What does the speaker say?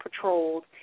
patrolled